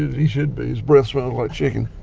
he should be. his breath smells like chicken